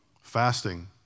Fasting